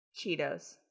Cheetos